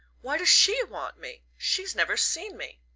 why does she want me? she's never seen me!